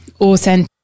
authentic